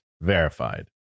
verified